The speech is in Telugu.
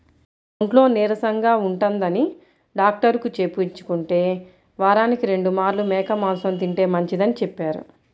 ఒంట్లో నీరసంగా ఉంటందని డాక్టరుకి చూపించుకుంటే, వారానికి రెండు మార్లు మేక మాంసం తింటే మంచిదని చెప్పారు